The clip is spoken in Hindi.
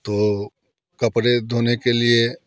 तो कपड़े धोने के लिए